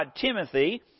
Timothy